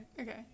okay